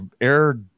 air